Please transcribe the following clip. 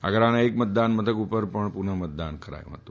આગ્રાના એક મતદાન મથક પર પણ પુનઃ મતદાન કરાયું ફતું